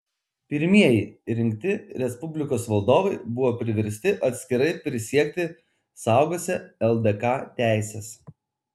pirmieji rinkti respublikos valdovai buvo priversti atskirai prisiekti saugosią ldk teises